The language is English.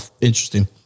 interesting